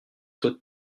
taux